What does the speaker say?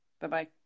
Bye-bye